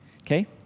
Okay